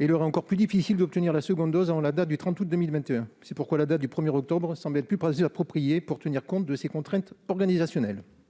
et il lui est encore plus difficile d'obtenir la seconde avant la date du 30 août 2021. C'est pourquoi la date du 1 octobre semble être plus appropriée pour tenir compte de ces contraintes organisationnelles.